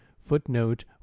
Footnote